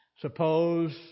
Suppose